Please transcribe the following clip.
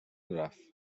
رفت